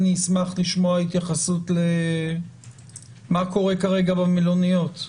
אני אשמח לשמוע התייחסות מה קורה כרגע במלוניות.